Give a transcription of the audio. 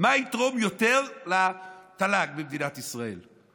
מה יתרום יותר לתל"ג במדינת ישראל?